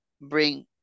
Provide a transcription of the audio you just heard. bring